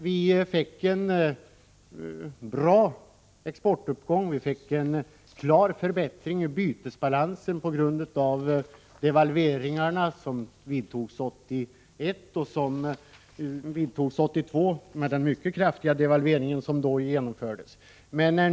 Vi fick en bra exportuppgång och en klar förbättring av bytesbalansen på grund av devalveringen 1981 och den mycket kraftiga devalveringen 1982.